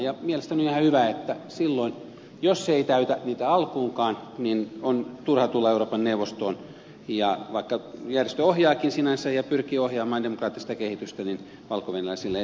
ja mielestäni on ihan hyvä että silloin jos se ei täytä niitä alkuunkaan on turha tulla euroopan neuvostoon ja vaikka järjestö sinänsä ohjaakin ja pyrkii ohjaamaan demokraattista kehitystä niin valko venäjällä sillä ei ole tällä hetkellä näkymiä